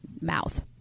mouth